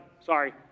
sorry